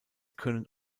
können